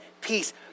peace